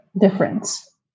difference